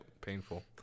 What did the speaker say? painful